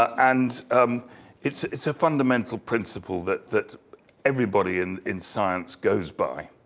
and um it's it's a fundamental principle that that everybody in in science goes by.